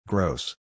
Gross